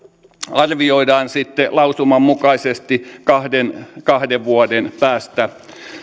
arvioidaan lausuman mukaisesti kahden kahden vuoden päästä